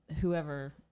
whoever